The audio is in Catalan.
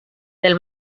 del